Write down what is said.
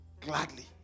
gladly